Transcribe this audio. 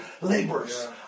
laborers